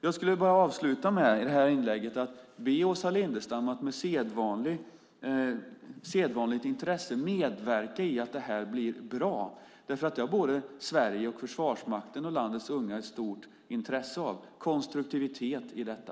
Jag skulle vilja avsluta det här inlägget med att be Åsa Lindestam att med sedvanligt intresse medverka i att detta blir bra. Det har Sverige, Försvarsmakten och landets unga stort intresse av - konstruktivitet i detta.